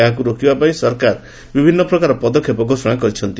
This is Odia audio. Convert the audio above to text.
ଏହାକୁ ରୋକିବା ପାଇଁ ସରକାର ବିଭିନ୍ନ ପ୍ରକାର ପଦକ୍ଷେପ ଘୋଷଣା କରିଛନ୍ତି